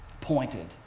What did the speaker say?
pointed